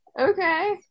okay